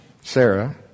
Sarah